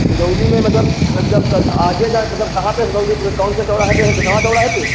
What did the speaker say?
सुगौली मे मतलब जब आगे जा के मतलब कहाँ पर सुगौली मे कौन से चौराहे पर है चौराहे पर